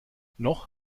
noch